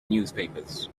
newspapers